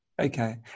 Okay